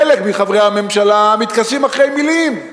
חלק מחברי הממשלה מתכסים מאחורי מלים.